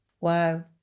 wow